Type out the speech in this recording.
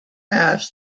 asked